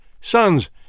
sons